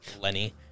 Lenny